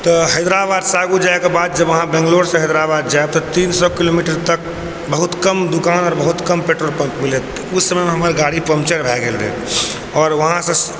हैदराबादसँ आगू जाइके बाद जब बैंग्लौर हैदराबाद जायब तऽ तीन सए किलोमीटर तक बहुत कम दोकान आओर बहुत कम पेट्रोल पम्प मिलत तऽ उस समय हमर गाड़ी पञ्चर भए गेल रहै आओर वहाँ